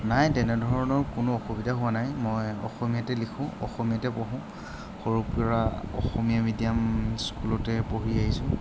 নাই তেনেধৰণৰ কোনো অসুবিধা হোৱা নাই মই অসমীয়াতে লিখোঁ অসমীয়াতে পঢ়োঁ সৰুৰপৰা অসমীয়া মিডিয়াম স্কুলতে পঢ়ি আহিছোঁ